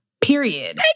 period